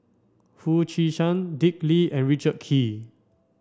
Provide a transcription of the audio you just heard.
Foo Chee San Dick Lee and Richard Kee